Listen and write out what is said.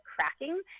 cracking